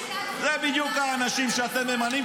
הפנים שלך זה הפנים של הממשלה.